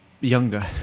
younger